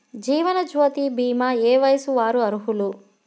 జీవనజ్యోతి భీమా ఏ వయస్సు వారు అర్హులు?